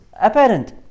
Apparent